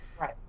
right